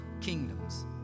kingdoms